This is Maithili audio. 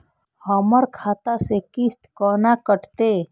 हमर खाता से किस्त कोना कटतै?